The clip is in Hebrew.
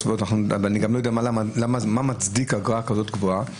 ואני גם לא יודע מה מצדיק אגרה כזאת גבוהה.